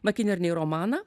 makinernei romaną